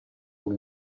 uno